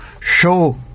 show